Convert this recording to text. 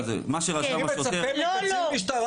מה שרשם השוטר --- אני מצפה מקצין משטרה